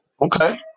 Okay